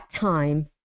time